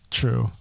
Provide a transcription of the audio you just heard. true